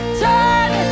turn